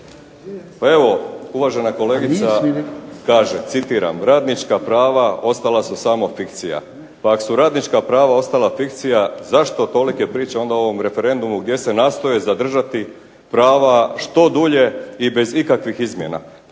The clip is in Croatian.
Pa evo uvažena kolegica kaže citiram: "radnička prava, ostala su samo fikcija". Pa ako su radnička prava ostala samo fikcija zašto tolike priče o ovom referendumu gdje se nastoje zadržati prava što dulje i bez ikakvih izmjena.